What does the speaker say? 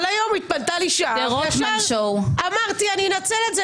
אבל היום התפנתה לי שעה ואמרתי שאני אנצל את זה